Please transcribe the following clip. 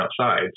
outside